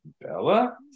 Bella